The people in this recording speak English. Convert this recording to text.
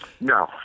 No